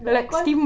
got air con